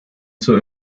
zur